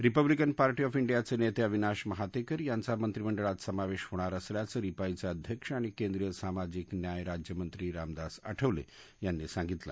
Republican Party of इंडियाचजित्ता अविनाश महातक्रि यांचा मंत्रिमंडळात समावधीहोणार असल्याचं रिपाईचक्रिध्यक्ष आणि केंद्रीय सामाजिक न्याय राज्यमंत्री रामदास आठवलखिनी सांगितलं